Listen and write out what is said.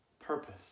purpose